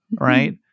Right